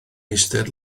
eistedd